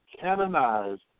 Canonized